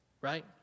right